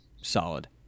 solid